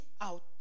out